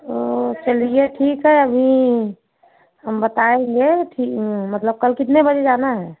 तो चलिए ठीक है अभी हम बताएंगे मतलब कल कितने बजे जाना है